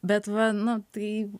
bet va nu tai